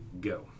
go